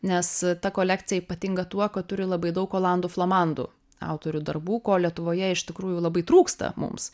nes ta kolekcija ypatinga tuo kad turi labai daug olandų flamandų autorių darbų ko lietuvoje iš tikrųjų labai trūksta mums